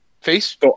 Face